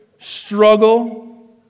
struggle